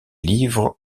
livres